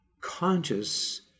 conscious